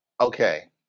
Okay